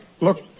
Look